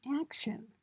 action